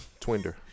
Twinder